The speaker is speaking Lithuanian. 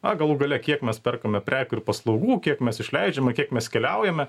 na galų gale kiek mes perkame prekių ir paslaugų kiek mes išleidžiame kiek mes keliaujame